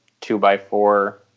two-by-four